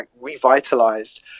revitalized